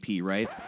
right